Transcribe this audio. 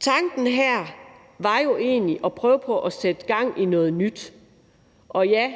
Tanken her var jo egentlig at prøve på at sætte gang i noget nyt, og ja,